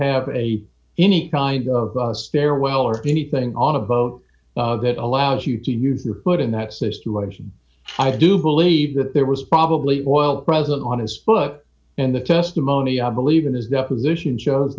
have a any kind of stairwell or anything on a boat that allows you to use your foot in that system why should i do believe that there was probably oil present on his foot and the testimony i believe in his deposition shows